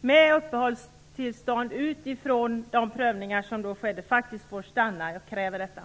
med uppehållstillstånd utifrån prövningar som skedde tidigare. Jag kräver detta.